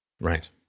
Right